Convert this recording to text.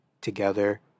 together